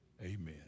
Amen